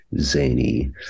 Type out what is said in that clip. zany